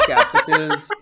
Capitals